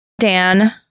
Dan